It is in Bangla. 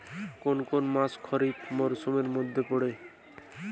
কোন কোন মাস খরিফ মরসুমের মধ্যে পড়ে?